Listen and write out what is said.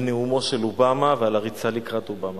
על נאומו של אובמה ועל הריצה לקראת אובמה.